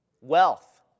Wealth